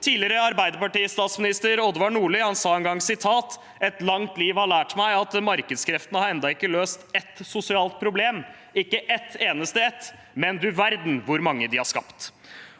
Tidligere Arbeiderparti-statsminister Odvar Nordli sa en gang: «Et langt liv har lært meg at markedskreftene har enda ikke løst ett sosialt problem, ikke et eneste ett. Men du verden hvor mange de har skapt.»